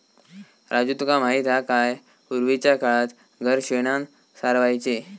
राजू तुका माहित हा काय, पूर्वीच्या काळात घर शेणानं सारवायचे